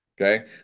okay